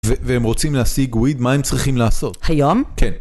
והם רוצים להשיג וויד, מה הם צריכים לעשות? היום? כן.